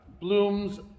blooms